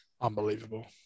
Unbelievable